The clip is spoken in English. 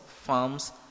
farms